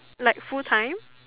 like full time